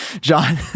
John